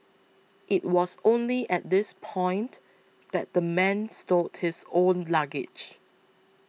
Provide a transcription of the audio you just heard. it was only at this point that the man stowed his own luggage